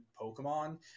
Pokemon